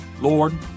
Lord